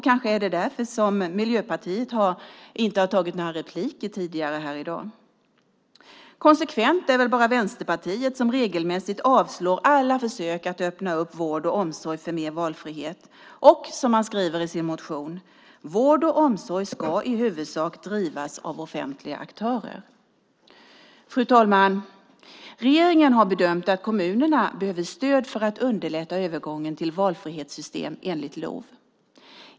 Kanske är det därför som Miljöpartiet tidigare här i dag inte har tagit några repliker. Konsekvent är väl bara Vänsterpartiet som regelmässigt yrkar avslag när det gäller alla försök att öppna vård och omsorg för mer av valfrihet. Man skriver i sin motion: Vård och omsorg ska i huvudsak drivas av offentliga aktörer. Fru talman! Regeringen har bedömt att kommunerna behöver stöd när det gäller att underlätta övergången till valfrihetssystem enligt LOV.